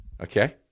Okay